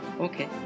okay